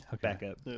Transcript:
backup